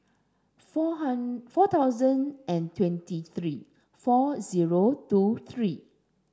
four four thousand and twenty three four zero two three